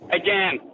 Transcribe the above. again